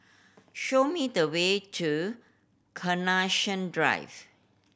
show me the way to Carnation Drive